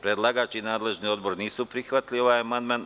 Predlagač i nadležni Odbor nisu prihvatili amandman.